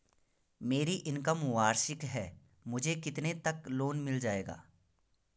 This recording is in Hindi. मेरी इनकम वार्षिक है मुझे कितने तक लोन मिल जाएगा?